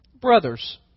Brothers